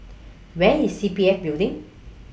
Where IS C P F Building